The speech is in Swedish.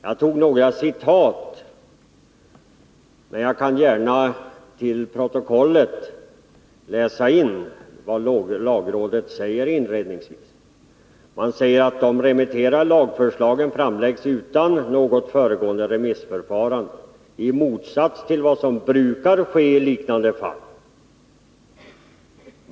Jag återgav några citat, men jag kan gärna till protokollet läsa in vad lagrådet inledningsvis säger: ”De remitterade lagförslagen framläggs utan något föregående remissförfarande, i motsats till vad som brukar ske i liknande fall -——-.